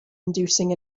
inducing